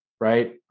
right